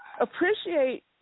Appreciate